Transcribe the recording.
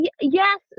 yes